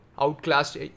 outclassed